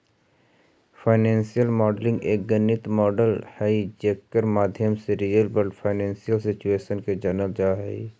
financial modelling एक गणितीय model हई जेकर माध्यम से रियल वर्ल्ड फाइनेंशियल सिचुएशन के जानल जा हई